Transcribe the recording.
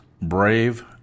Brave